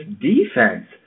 defense